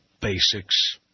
basics